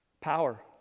Power